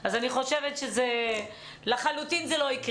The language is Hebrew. אז לחלוטין זה לא יקרה.